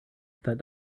that